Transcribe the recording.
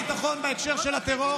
ולא עסוקים בביטחון בהקשר של הטרור.